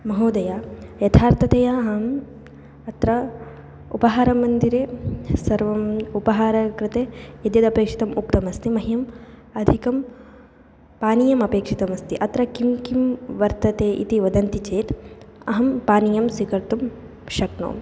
महोदय यथार्थतया अहम् अत्र उपहारमन्दिरे सर्वस्य उपहारस्य कृते यद्यदपेक्षितम् उक्तमस्ति मह्यम् अधिकं पानीयमपेक्षितमस्ति अत्र किं किं वर्तते इति वदन्ति चेत् अहं पानीयं स्वीकर्तुं शक्नोमि